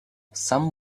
some